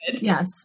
Yes